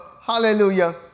hallelujah